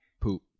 poop